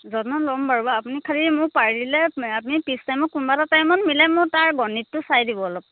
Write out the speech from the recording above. যত্ন ল'ম বাৰু বাৰু খালী আপুনি পাৰিলে আপুনি পিছ টাইমত কোনোবা এটা টাইমত মিলাই মোৰ তাৰ গণিতটো চাই দিব অলপ